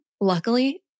Luckily